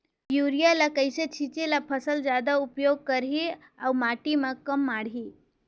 Urea ल कइसे छीचे ल फसल जादा उपयोग करही अउ माटी म कम माढ़ही?